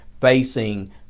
facing